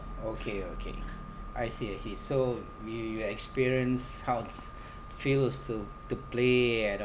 okay okay I see I see so you you experienced how it's feels to to play at a